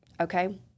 Okay